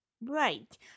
Right